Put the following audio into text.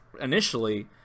initially